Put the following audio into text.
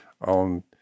on